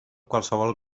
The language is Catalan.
qualsevol